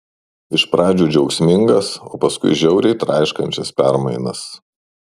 iš pradžių džiaugsmingas o paskui žiauriai traiškančias permainas